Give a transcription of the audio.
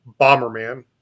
Bomberman